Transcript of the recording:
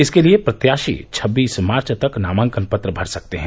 इसके लिए प्रत्याशी छब्बीस मार्च तक नामांकन भर सकते हैं